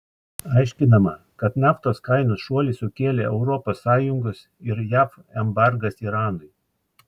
aiškinama kad naftos kainos šuolį sukėlė europos sąjungos ir jav embargas iranui